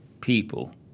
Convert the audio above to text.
people